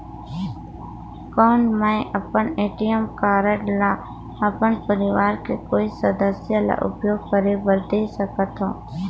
कौन मैं अपन ए.टी.एम कारड ल अपन परवार के कोई सदस्य ल उपयोग करे बर दे सकथव?